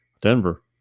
Denver